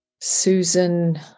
Susan